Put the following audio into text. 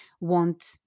want